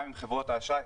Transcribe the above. גם עם חברות האשראי.